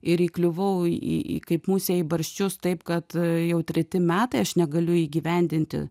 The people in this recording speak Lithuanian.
ir įkliuvau į į kaip musė į barščius taip kad jau treti metai aš negaliu įgyvendinti